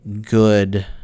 good